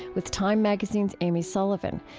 with time magazine's amy sullivan.